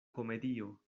komedio